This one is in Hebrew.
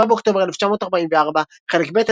27 באוקטובר 1944. חלק ב',